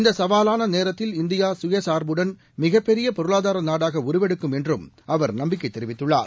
இந்த சவாவான நேரத்தில் இந்தியா கயசாா்புடன் மிகப்பெரிய பொருளாதாரநாடாக உருவெடுக்கும் என்றும் அவர் நம்பிக்கை தெரிவித்துள்ளார்